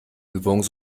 übung